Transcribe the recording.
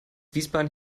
wiesbaden